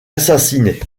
assassinés